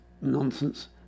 nonsense